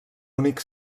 únic